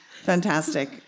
Fantastic